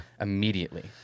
Immediately